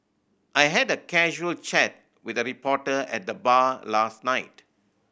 I had a casual chat with a reporter at the bar last night